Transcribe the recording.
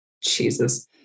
Jesus